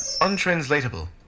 Untranslatable